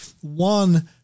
One